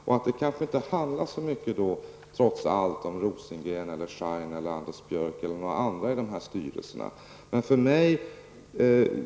Det kanske trots allt inte handlar så mycket om Björn Rosengren, Harry Schein, Anders Björck eller några andra i dessa styrelser.